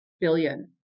billion